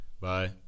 bye